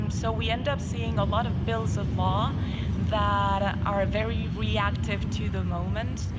um so we end up seeing a lot of bills of law that ah are very reactive to the moment.